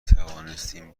توانستیم